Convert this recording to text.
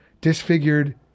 disfigured